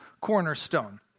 cornerstone